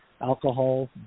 alcohol